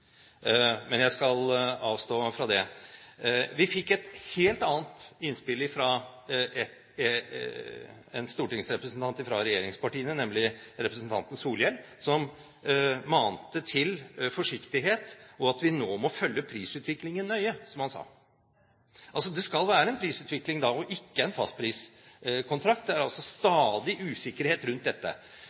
Men jeg skal avstå fra det. Vi fikk et helt annet innspill fra en stortingsrepresentant fra regjeringspartiene, nemlig representanten Solhjell, som mante til forsiktighet, og sa at vi nå må følge prisutviklingen nøye. Det skal være en prisutvikling, da, og ikke en fastpriskontrakt? Det er altså stadig usikkerhet rundt dette.